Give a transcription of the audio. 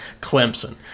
Clemson